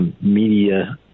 media